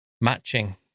matching